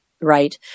right